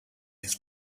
his